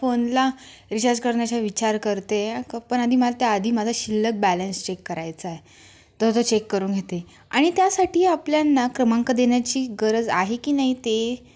फोनला रिचार्ज करण्याचा विचार करते क पण आधी मग त्या आधी माझा शिल्लक बॅलेन्स चेक करायचा आहे तर तो चेक करून घेते आणि त्यासाठी आपल्याला ना क्रमांक देण्याची गरज आहे की नाही ते